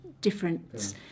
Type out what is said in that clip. difference